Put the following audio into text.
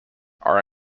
are